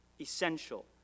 essential